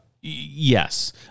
Yes